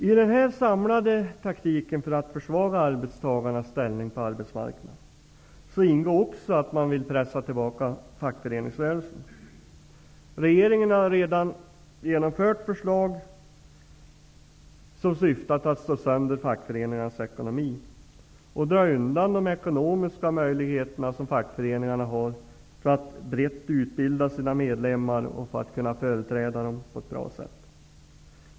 I den samlade taktiken för att försvaga arbetstagarnas ställning på arbetsmarknaden ingår också att man vill pressa tillbaka fackföreningsrörelsen. Regeringen har redan genomfört förslag som syftar till att slå sönder fackföreningarnas ekonomi och dra undan de ekonomiska möjligheter som fackföreningarna har att brett utbilda sina medlemmar och att kunna företräda dem på ett bra sätt.